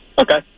Okay